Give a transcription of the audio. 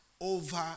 over